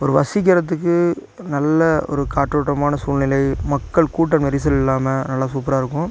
ஒரு வசிக்கிறதுக்கு நல்ல ஒரு காற்றோட்டமான சூழ்நிலை மக்கள் கூட்டம் நெரிசல் இல்லாமல் நல்லா சூப்பராக இருக்கும்